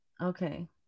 Okay